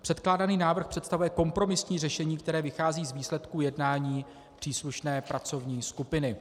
Předkládaný návrh představuje kompromisní řešení, které vychází z výsledků jednání příslušné pracovní skupiny.